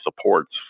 supports